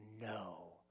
no